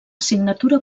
signatura